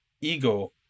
Ego